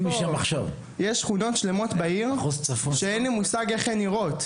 בה שכונות שלמות שאין לי מושג איך הן נראות.